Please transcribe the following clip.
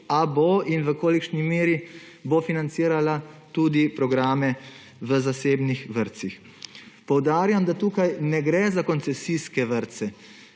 ali bo in v kolikšni meri bo financirala tudi programe v zasebnih vrtcih. Poudarjam, da tukaj ne gre za koncesijske vrtce,